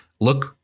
look